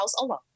alone